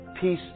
Peace